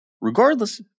Regardless